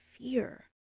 fear